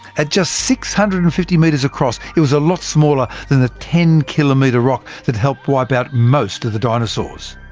at just six hundred and fifty metres across it was a lot smaller than the ten km rock that helped wipe out most of the dinosaurs.